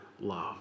love